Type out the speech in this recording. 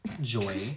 Joy